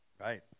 Right